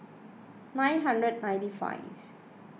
nine hundred ninety five